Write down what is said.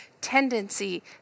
tendency